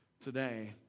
Today